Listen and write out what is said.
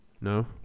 No